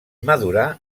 madurar